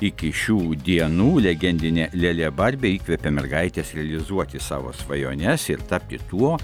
iki šių dienų legendinė lėlė barbė įkvepia mergaites realizuoti savo svajones ir tapti tuo